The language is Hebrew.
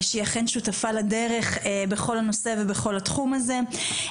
שהיא אכן שותפה לדרך בכל הנושא ובכל התחום הזה,